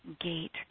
gate